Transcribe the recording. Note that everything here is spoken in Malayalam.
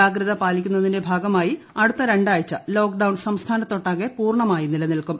ജാഗ്രത പാലിക്കുന്നതിന്റെ ഭാഗമായി അടുത്ത രണ്ടാഴ്ച ലോക്ഡൌൺ സംസ്ഥാനത്തൊട്ടാകെ പൂർണ്ണമായി നിലനിൽക്കും